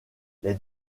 les